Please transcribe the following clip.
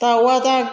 दाउआ दा